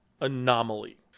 anomaly